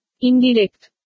Indirect